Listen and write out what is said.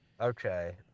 okay